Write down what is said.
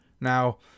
Now